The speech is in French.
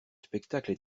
spectacle